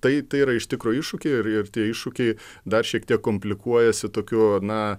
tai tai yra iš tikro iššūkiai ir ir tie iššūkiai dar šiek tiek komplikuojasi tokiu na